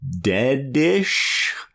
dead-ish